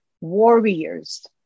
warriors